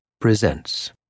presents